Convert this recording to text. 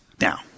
Now